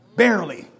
barely